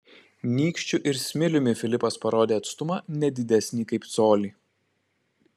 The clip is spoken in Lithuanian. nykščiu ir smiliumi filipas parodė atstumą ne didesnį kaip colį